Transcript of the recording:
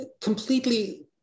completely